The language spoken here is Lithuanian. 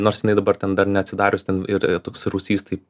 nors jinai dabar ten dar neatsidarius ten ir toks rūsys tai